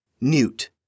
Newt